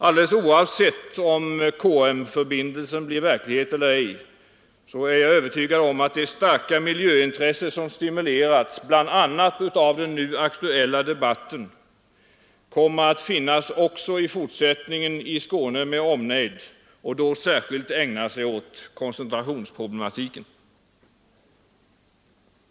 Alldeles oavsett om KM-förbindelsen blir verklighet eller ej är jag övertygad om att det starka miljöintresse som stimulerats av bl.a. den nu aktuella debatten kommer att finnas också i fortsättningen i Skåne med omnejd och då särskilt ägna sig åt koncentrationsproblematiken.